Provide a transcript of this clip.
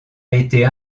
été